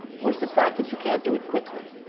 was the fact that you can't do it quickly.